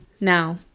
Now